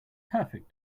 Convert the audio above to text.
perfect